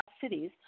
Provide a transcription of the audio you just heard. cities